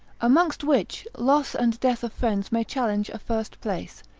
amongst which, loss and death of friends may challenge a first place,